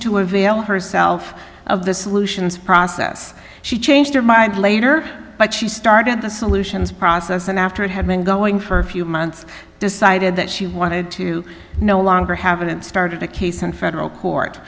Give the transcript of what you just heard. to avail herself of the solutions process she changed her mind later but she started the solutions process and after it had been going for a few months decided that she wanted to no longer have it and started a case in federal court